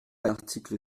l’article